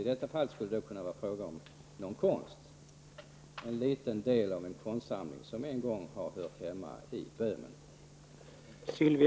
I detta fall skulle det kunna vara fråga om ett konstföremål, en liten del av en konstsamling som en gång har hört hemma i